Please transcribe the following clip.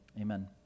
amen